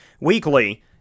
weekly